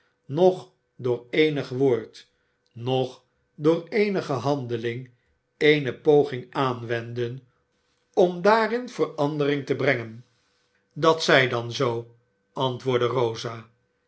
noch door eenig woord noch door eenige handeling eene poging aanwenden om daarin verandering te brengen dat zij dan zoo antwoordde rosa